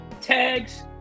tags